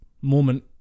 moment